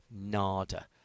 Nada